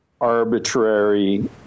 arbitrary